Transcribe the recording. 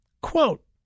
quote